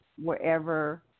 wherever